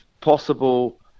possible